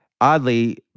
oddly